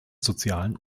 sozialen